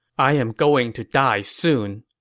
i'm going to die soon.